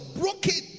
broken